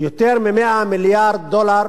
יותר מ-100 מיליארד דולר